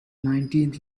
nineteenth